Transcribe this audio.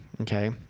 Okay